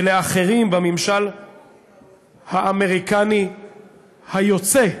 ולאחרים בממשל האמריקני היוצא,